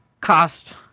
cost